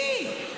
מי?